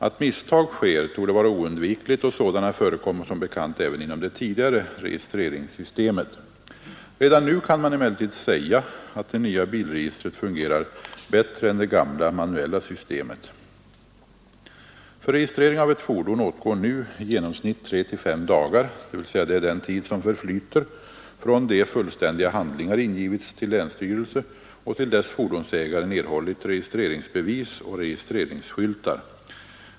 Att misstag sker torde vara oundvikligt, och sådana förekom som bekant även inom det tidigare registreringssystemet. Redan nu kan man emellertid säga att det nya bilregistret fungerar bättre än det gamla manuella systemet. För registrering av ett fordon åtgår nu i genomsnitt 3—5 dagar, dvs. det är den tid som förflyter från det fullständiga handlingar ingivits till länsstyrelsen och till dess fordonsägaren erhållit registreringsbevis och registreringsskyltar.